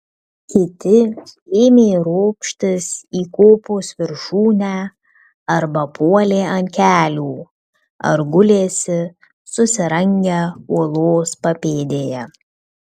kiti ėmė ropštis į kopos viršūnę arba puolė ant kelių ar gulėsi susirangę uolos papėdėje